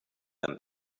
them